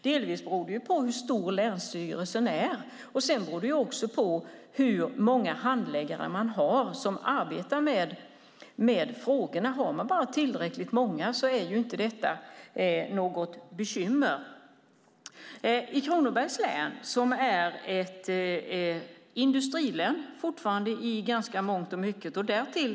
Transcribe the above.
Delvis beror det på hur stor länsstyrelsen är. Det beror också på hur många handläggare man har som arbetar med frågorna. Har man bara tillräckligt många är inte detta något bekymmer. Kronobergs län är fortfarande i mångt och mycket ett industrilän.